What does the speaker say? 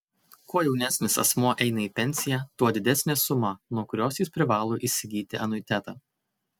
kuo jaunesnis asmuo eina į pensiją tuo didesnė suma nuo kurios jis privalo įsigyti anuitetą